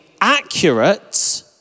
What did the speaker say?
accurate